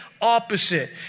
opposite